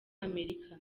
amerika